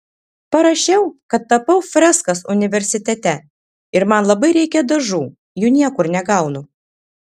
parašiau kad tapau freskas universitete ir man labai reikia dažų jų niekur negaunu